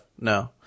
No